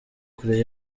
kure